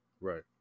Right